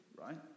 right